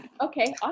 okay